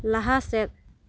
ᱞᱟᱦᱟ ᱥᱮᱫ